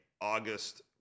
August